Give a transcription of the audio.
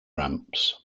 ramps